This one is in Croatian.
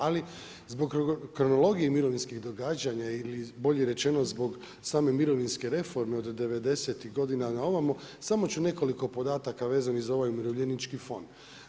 Ali zbog kronologije mirovinskih događanja ili bolje rečeno zbog same mirovinske reforme od '90.-tih godina na ovamo samo ću nekoliko podataka vezanih za ovaj Umirovljenički fond.